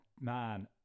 man